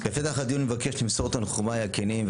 בפתח הדיון אני מבקש למסור את תנחומיי הכנים,